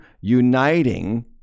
uniting